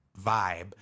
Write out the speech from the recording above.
vibe